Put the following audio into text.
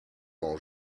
ans